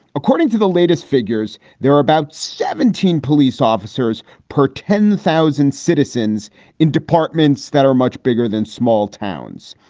according to the latest figures there are about seventeen police officers per ten thousand citizens in departments that are much bigger than small towns.